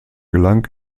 gelang